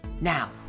Now